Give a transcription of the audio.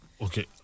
Okay